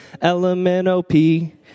L-M-N-O-P